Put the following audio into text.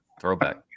Throwback